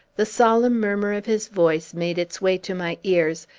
the solemn murmur of his voice made its way to my ears,